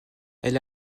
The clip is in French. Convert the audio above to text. elle